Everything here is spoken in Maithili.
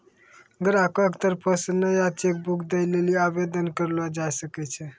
ग्राहको के तरफो से नया चेक बुक दै लेली आवेदन करलो जाय सकै छै